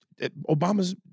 Obama's